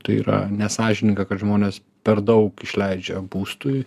tai yra nesąžininga kad žmonės per daug išleidžia būstui